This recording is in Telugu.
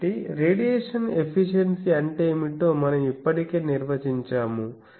కాబట్టి రేడియేషన్ ఎఫిషియన్సీ అంటే ఏమిటో మనం ఇప్పటికే నిర్వచించాము